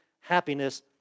happiness